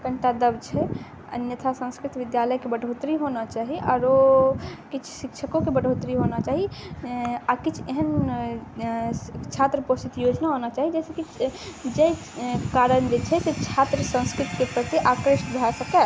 कनीटा दब छै अन्यथा संस्कृत विद्यालयकेँ बढ़ोतरी होना चाही आरो किछु शिक्षकोके बढ़ोतरी होना चाही आ किछु एहन छात्र प्रोत्साहित योजना होना चाही जाहिसँ कि जाहि कारण जे छै से छात्र संस्कृतकेँ प्रति आकृष्ट भए सकय